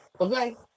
Okay